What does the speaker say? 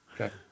Okay